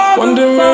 wondering